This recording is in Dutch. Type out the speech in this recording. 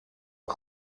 een